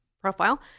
profile